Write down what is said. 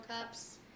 cups